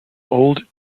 old